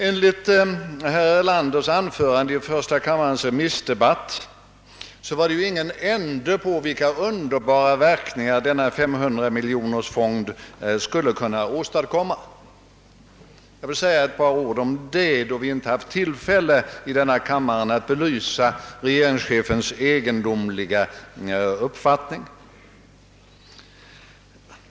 Enligt herr Erlanders anförande i första kammarens remissdebatt var det ju ingen ände på vilka underbara verkningar denna fond på 500 miljoner skulle kunna åstadkomma. Jag vill säga ett par ord därom, då vi inte haft tillfälle att i denna kammare belysa regeringschefens egendomliga uppfattning.